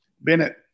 Bennett